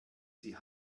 sie